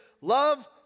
Love